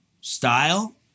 style